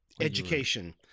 Education